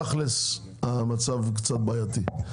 תכל'ס, המצב הוא קצת בעייתי.